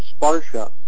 sparsha